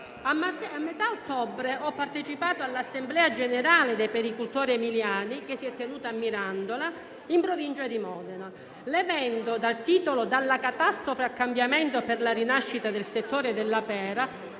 A metà ottobre ho partecipato all'assemblea generale dei pericoltori emiliani, che si è tenuta a Mirandola, in provincia di Modena. L'evento, dal titolo «Dalla catastrofe al cambiamento per la rinascita del settore della pera»,